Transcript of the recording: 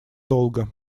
долго